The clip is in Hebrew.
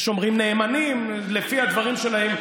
יש אומרים, נאמנים, לפי הדברים שלהם.